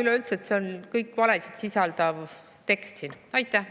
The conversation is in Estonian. Üleüldse, see on valesid sisaldav tekst siin. Aitäh!